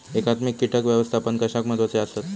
एकात्मिक कीटक व्यवस्थापन कशाक महत्वाचे आसत?